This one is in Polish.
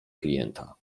klienta